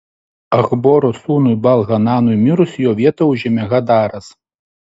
achboro sūnui baal hananui mirus jo vietą užėmė hadaras